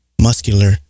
muscular